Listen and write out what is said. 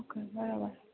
okay બરાબર